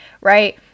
right